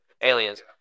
Aliens